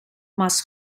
más